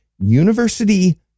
university